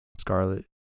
Scarlet